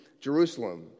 Jerusalem